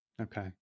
Okay